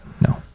No